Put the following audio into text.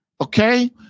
Okay